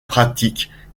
pratique